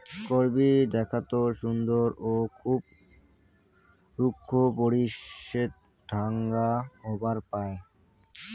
করবী দ্যাখ্যাত সুন্দর ও খুব রুক্ষ পরিবেশত ঢাঙ্গা হবার পায়